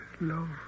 love